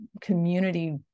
community